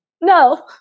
no